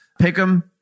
Pick'em